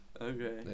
Okay